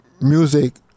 music